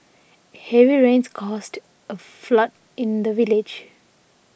heavy rains caused a flood in the village